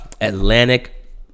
Atlantic